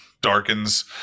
darkens